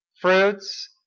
fruits